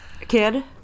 kid